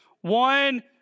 One